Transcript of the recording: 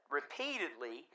Repeatedly